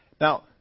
Now